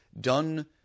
done